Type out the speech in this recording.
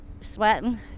sweating